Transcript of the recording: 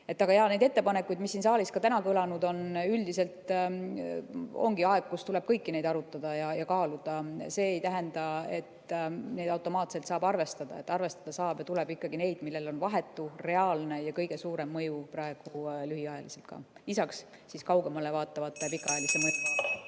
Aga jaa, neid ettepanekuid, mis siin saalis ka täna kõlanud on, üldiselt ongi aeg, kus tuleb kõiki neid arutada ja kaaluda. See ei tähenda, et neid automaatselt saab arvestada. Arvestada saab ja tuleb ikkagi neid, millel on vahetu, reaalne ja kõige suurem mõju praegu lühiajaliselt. Lisaks kaugemale vaatavate pikaajalise mõjuga